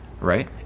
right